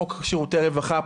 חוק שירות רווחה,